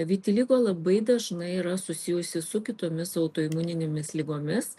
vitiligo labai dažnai yra susijusi su kitomis autoimuninėmis ligomis